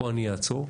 פה אני אעצור.